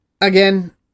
Again